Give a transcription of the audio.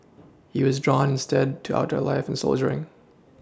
he was drawn instead to outdoor life and soldiering